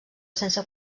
sense